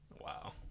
wow